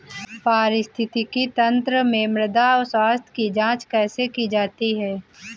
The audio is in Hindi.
पारिस्थितिकी तंत्र में मृदा स्वास्थ्य की जांच कैसे की जाती है?